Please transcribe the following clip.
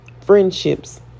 friendships